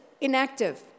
inactive